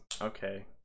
okay